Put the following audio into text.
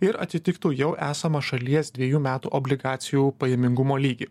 ir atitiktų jau esamą šalies dvejų metų obligacijų pajamingumo lygį